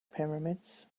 pyramids